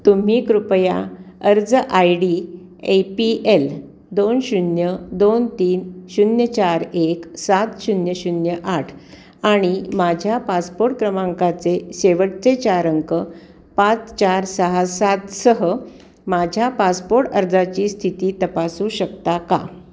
तुम्ही कृपया अर्ज I D A P L दोन शून्य दोन तीन शून्य चार एक सात शून्य शून्य आठ आणि माझ्या पासपोट क्रमांकाचे शेवटचे चार अंक पाच चार सहा सातसह माझ्या पासपोट अर्जाची स्थिती तपासू शकता का